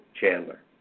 Chandler